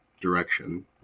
direction